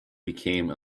became